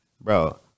Bro